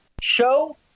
Show